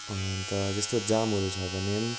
अन्त त्यस्तो जामहरू छ भने पनि